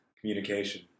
communication